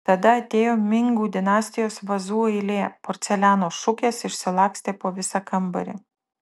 tada atėjo mingų dinastijos vazų eilė porceliano šukės išsilakstė po visą kambarį